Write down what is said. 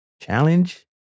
challenge